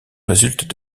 résultent